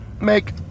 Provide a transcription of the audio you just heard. Make